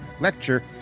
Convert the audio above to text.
lecture